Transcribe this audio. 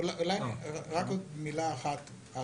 אולי רק עוד מילה אחת;